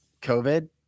COVID